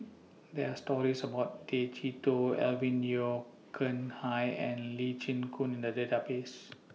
There Are stories about Tay Chee Toh Alvin Yeo Khirn Hai and Lee Chin Koon in The Database